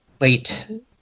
late